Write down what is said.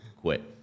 Quit